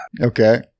Okay